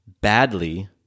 badly